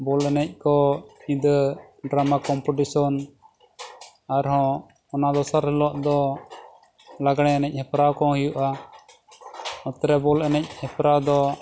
ᱵᱚᱞ ᱮᱱᱮᱡ ᱠᱚ ᱧᱤᱫᱟᱹ ᱰᱨᱟᱢᱟ ᱠᱚᱢᱯᱤᱴᱤᱥᱚᱱ ᱟᱨᱦᱚᱸ ᱚᱱᱟ ᱫᱚᱥᱟᱨ ᱦᱤᱞᱳᱜ ᱫᱚ ᱞᱟᱜᱽᱬᱮ ᱮᱱᱮᱡ ᱦᱮᱯᱨᱟᱣ ᱠᱚ ᱦᱩᱭᱩᱜᱼᱟ ᱚᱱᱛᱮᱨᱮ ᱵᱚᱞ ᱮᱱᱮᱡ ᱦᱮᱯᱨᱟᱣ ᱫᱚ